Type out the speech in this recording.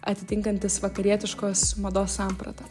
atitinkantis vakarietiškos mados sampratą